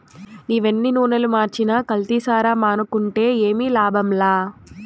నీవెన్ని నూనలు మార్చినా కల్తీసారా మానుకుంటే ఏమి లాభంలా